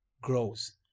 grows